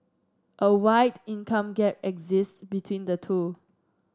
a wide income gap exist between the two